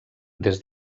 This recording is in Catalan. des